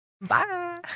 Bye